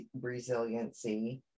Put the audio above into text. resiliency